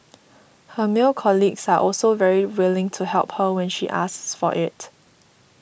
her male colleagues are also very willing to help her when she asks for it